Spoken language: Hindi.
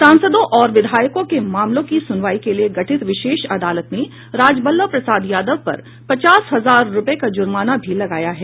सांसदों और विधायकों के मामलों की सुनवाई के लिए गठित विशेष अदलत ने राजवल्लभ प्रसाद यादव पर पचास हजार रुपए का जुर्माना भी लगाया है